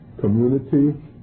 community